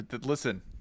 Listen